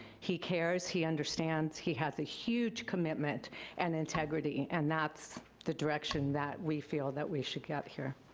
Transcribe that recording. he cares, he understands, he has a huge commitment and integrity, and that's the direction that we feel that we should get here.